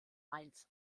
mainz